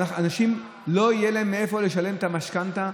לאנשים לא יהיה מאיפה לשלם את המשכנתה,